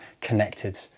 connected